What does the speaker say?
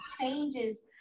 changes